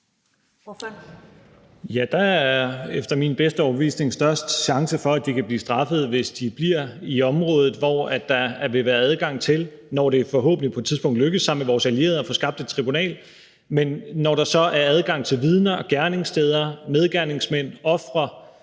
(S): Der er efter min bedste overbevisning størst chance for, at de kan blive straffet, hvis de bliver i området, hvor der – når det forhåbentlig på et tidspunkt lykkes os sammen med vores allierede at få skabt et tribunal – så vil være adgang til vidner, gerningssteder, medgerningsmænd, ofre